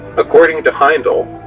according to heindel,